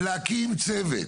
להקים צוות